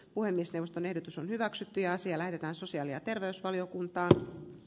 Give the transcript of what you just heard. puhemiesneuvoston ehdotus on hyväksytty ja siellä on sosiaali ja terveysvaliokunta